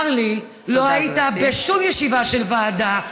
צר לי, לא היית בשום ישיבה של ועדה.